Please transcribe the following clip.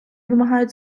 вимагають